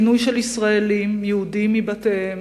פינוי של ישראלים, יהודים, מבתיהם,